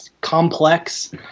complex